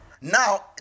Now